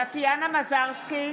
(קוראת בשמות חברי הכנסת) טטיאנה מזרסקי,